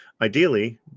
Ideally